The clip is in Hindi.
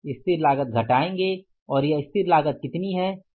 स्थिर लागत घटाएंगेऔर यह स्थिर लागत कितनी है